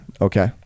Okay